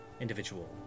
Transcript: individual